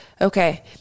Okay